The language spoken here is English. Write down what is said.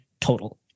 total